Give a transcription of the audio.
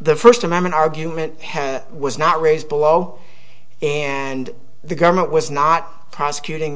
the first amendment argument has was not raised below and the government was not prosecuting